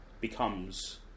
becomes